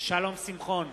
שלום שמחון,